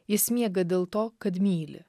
jis miega dėl to kad myli